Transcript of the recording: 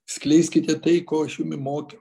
skleiskite tai ko aš jumi mokiau